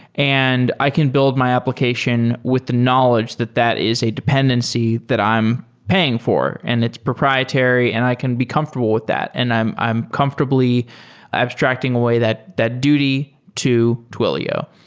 and i can build my application with the knowledge that that is a dependency that i am paying for, and it's proprietary, and i can be comfortable with that, and i am comfortably abstracting away that that duty to twilio.